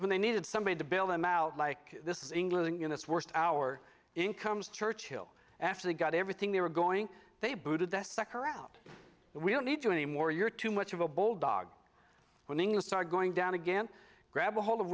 when they needed somebody to bail them out like this is england going it's worst our incomes churchill after they got everything they were going they booted that secor out we don't need you anymore you're too much of a bulldog when things start going down again grab a hold of